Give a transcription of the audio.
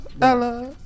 Ella